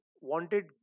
wanted